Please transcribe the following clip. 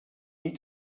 need